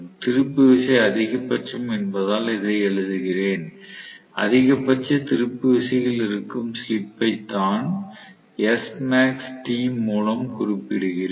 திருப்பு விசை அதிகபட்சம் என்பதால் இதை எழுதுகிறேன் அதிகபட்ச திருப்பு விசையில் இருக்கும் ஸ்லிப் ஐ தான் SmaxT மூலம் குறிப்பிடுகிறேன்